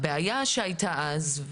הבעיה שהייתה אז,